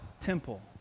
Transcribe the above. temple